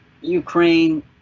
Ukraine